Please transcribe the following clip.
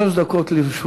שלוש דקות לרשותך.